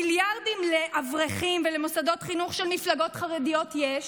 מיליארדים לאברכים ולמוסדות חינוך של מפלגות חרדיות יש,